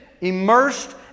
immersed